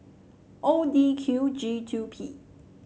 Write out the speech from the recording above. O D Q G two P